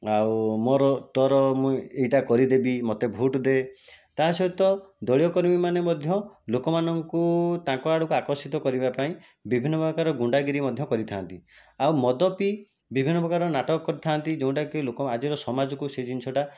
ଆଉ ମୋର ତୋର ମୁଇଁ ଏଇଟା କରିଦେବି ମୋତେ ଭୋଟ ଦେ ତା'ସହିତ ଦଳୀୟ କର୍ମୀମାନେ ମଧ୍ୟ ଲୋକମାନଙ୍କୁ ତାଙ୍କ ଆଡ଼କୁ ଆକର୍ଷିତ କରିବାପାଇଁ ବିଭିନ୍ନ ପ୍ରକାର ଗୁଣ୍ଡାଗିରି ମଧ୍ୟ କରିଥାନ୍ତି ଆଉ ମଦ ପିଇ ବିଭିନ୍ନ ପ୍ରକାର ନାଟକ କରିଥାନ୍ତି ଯେଉଁଟାକି ଲୋକ ଆଜିର ସମାଜକୁ ସେଇ ଜିନିଷଟା